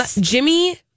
Jimmy